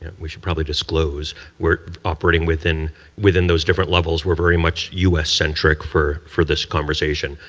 we should probably disclose we're operating within within those different levels, we're very much u s. centric for for this conversation.